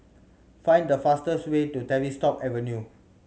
find the fastest way to Tavistock Avenue